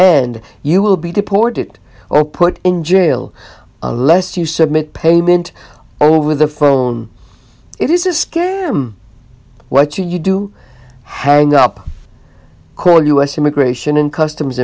and you will be deported or put in jail a less you submit payment over the phone it is scary what you do hang up call us immigration and customs